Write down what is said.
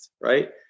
right